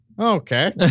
Okay